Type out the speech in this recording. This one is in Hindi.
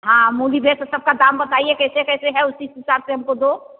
हाँ मूली देखके सबका दाम बताइए कैसे कैसे है उसीके हिसाब से हमको दो